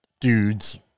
Dudes